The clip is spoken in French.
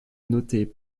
noter